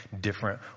different